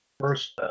First